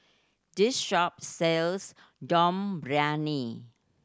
this shop sells Dum Briyani